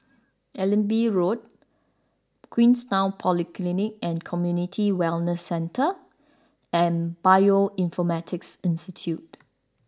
Allenby Road Queenstown Polyclinic and Community Wellness Centre and Bioinformatics Institute